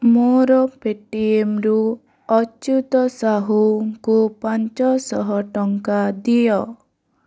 ମୋର ପେଟିଏମରୁ ଅଚ୍ୟୁତ ସାହୁଙ୍କୁ ପାଞ୍ଚଶହ ଟଙ୍କା ଦିଅ